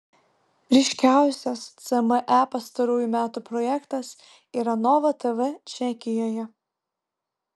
ryškiausias cme pastarųjų metų projektas yra nova tv čekijoje